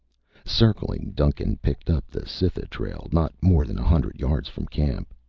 circling, duncan picked up the cytha trail not more than a hundred yards from camp.